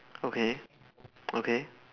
okay okay